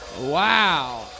Wow